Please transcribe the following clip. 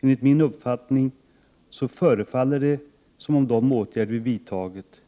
Enligt min uppfattning förefaller det som om de åtgärder vi vidtagit